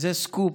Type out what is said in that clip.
זה סקופ,